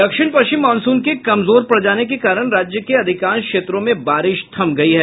दक्षिण पश्चिम मॉनसून के कमजोर पड़ जाने के कारण राज्य के अधिकांश क्षेत्रों में बारिश थम गयी है